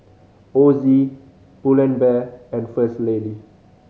Ozi Pull and Bear and First Lady